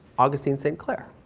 augustine st. clair.